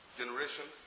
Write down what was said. generation